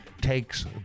takes